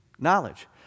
Knowledge